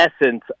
essence